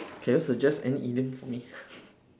can you suggest any idiom for me